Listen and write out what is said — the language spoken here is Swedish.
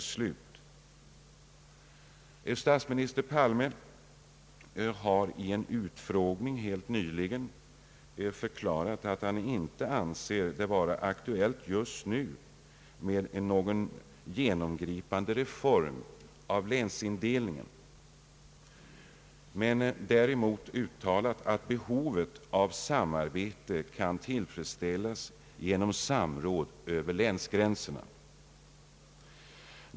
Statsminister Palme har i en utfrågning nyligen förklarat att han inte anser det vara aktuellt just nu med någon genomgripande reform av länsindelningen men däremot uttalat att behovet av samarbete kan tillfredsställas genom samråd över länsgränserna.